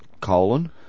colon